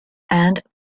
and